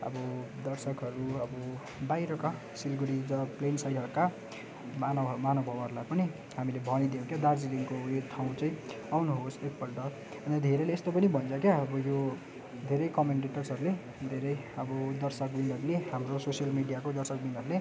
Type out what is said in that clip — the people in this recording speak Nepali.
अब दर्शकहरू अब बाहिरका सिलगढी जो प्लेन्सहरूका महानुभाव महानुभावहरूलाई पनि हामीले भनिदियौँ के दार्जिलिङको यो ठाउँ चाहिँ आउनुहोस् एकपल्ट अन्त धेरैले यस्तो पनि भन्छ क्या अब यो धेरै कमेन्टेटर्सहरूले धेरै अब दर्शकवृन्दहरूले हाम्रो सोसल मिडियाको दर्शकवृन्दहरूले